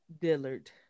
Dillard